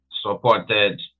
supported